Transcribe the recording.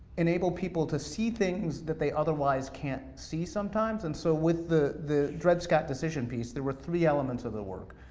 enable people to see things that they otherwise can't see, sometimes. and so with the the dred scott decision piece, there were three elements of the work.